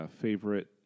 favorite